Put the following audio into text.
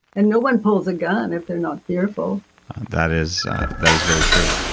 and no one pulls a gun if they're not fearful that is that is very true.